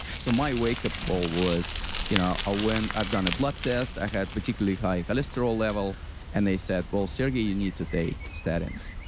so my wake-up call was you know ah when i've done a blood test, i had particularly high cholesterol level and they said well, sergey, you need to take statins.